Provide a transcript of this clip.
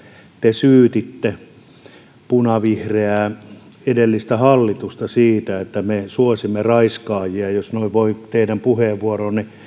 te syytitte edellistä punavihreää hallitusta siitä että me suosimme raiskaajia jos noin voi teidän puheenvuoronne